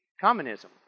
communism